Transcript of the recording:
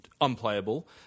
unplayable